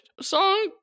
song